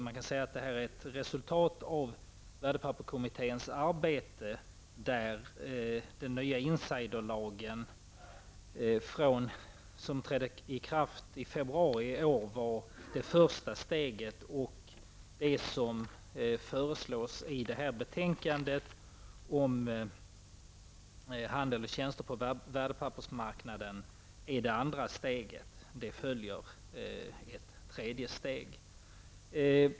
Man kan säga att det är ett resultat av värdepapperskommitténs arbete, där den nya insiderlag som trädde i kraft i februari i år är det första steget och det som föreslås i det här betänkandet om handel och tjänster på värdepappersmarknaden det andra steget. Ett tredje steg följer.